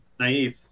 naive